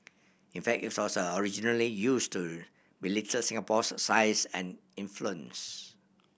in fact it was originally used to belittle Singapore's size and influence